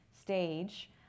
stage